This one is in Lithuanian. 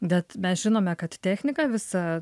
bet mes žinome kad technika visa